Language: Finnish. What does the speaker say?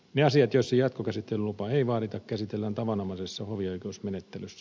ne asiat joissa jatkokäsittelylupaa ei vaadita käsitellään tavanomaisessa hovioikeusmenettelyssä